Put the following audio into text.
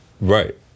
Right